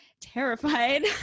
terrified